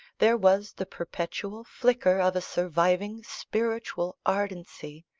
there was the perpetual flicker of a surviving spiritual ardency,